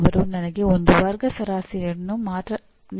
ಅವರು ನನಗೆ ಒಂದು ವರ್ಗ ಸರಾಸರಿಯನ್ನು ಮಾತ್ರ ನೀಡುತ್ತಾರೆ